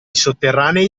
sotterranei